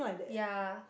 ya